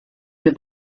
wir